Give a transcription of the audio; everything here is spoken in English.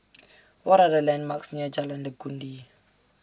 What Are The landmarks near Jalan Legundi